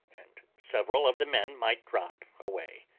and several of the men might drop away,